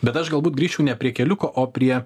bet aš galbūt grįščiau ne prie keliuko o prie